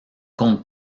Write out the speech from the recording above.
compte